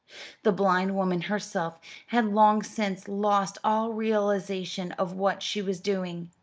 the blind woman herself had long since lost all realization of what she was doing.